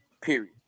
period